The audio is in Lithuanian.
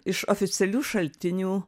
iš oficialių šaltinių